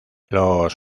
los